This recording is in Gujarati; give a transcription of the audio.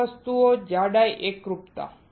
3 વસ્તુઓ જાડાઈ એકરૂપતા